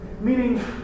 Meaning